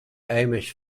amish